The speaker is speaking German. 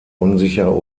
unsicher